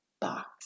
box